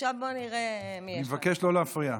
אני מבקש לא להפריע.